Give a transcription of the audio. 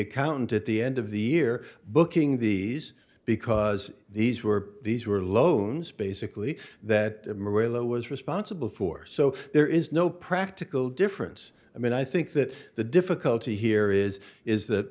account at the end of the year booking these because these were these were loans basically that morello was responsible for so there is no practical difference i mean i think that the difficulty here is is